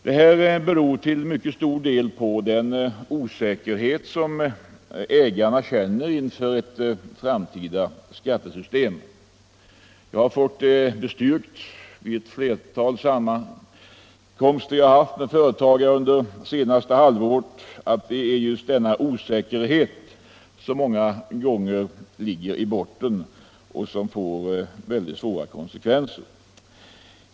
Det här beror till mycket stor del på den osäkerhet som ägarna känner inför ett framtida skattesystem. Jag har fått bestyrkt vid ett flertal sammankomster som jag har haft med företagare under det senaste halvåret, att det är just denna osäkerhet som många gånger ligger i botten och som får mycket svåra konsekvenser.